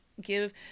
give